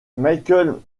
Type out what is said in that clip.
michael